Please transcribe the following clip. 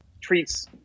treats